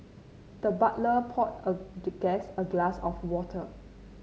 the butler poured a the guest a glass of water